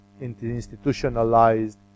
institutionalized